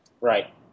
Right